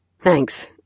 Thanks